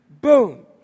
boom